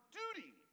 duty